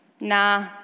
Nah